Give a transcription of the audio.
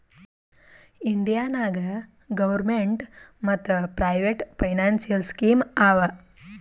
India ನಾಗ್ government ಮತ್ private financial scheme ಆವಾ